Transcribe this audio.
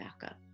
backup